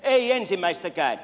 ei ensimmäistäkään